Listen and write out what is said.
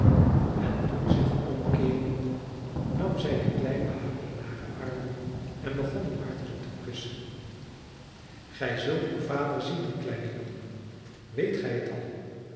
en toen zich omkeerende nam zij den kleinen harry in hare armen en begon hem hartelijk te kussen gij zult uw vader zien kleine jongen weet gij het al